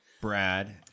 Brad